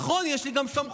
נכון, יש לי גם סמכות,